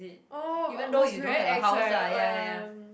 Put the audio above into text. oh must be very ex right oh ya mm